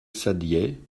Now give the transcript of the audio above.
saddier